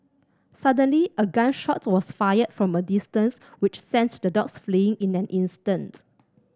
suddenly a gun shot was fired from a distance which sents the dog fleeing in an instance